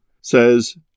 says